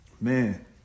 Man